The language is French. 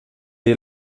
est